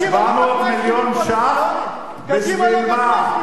400 מיליון שקלים, בשביל מה?